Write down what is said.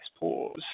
pause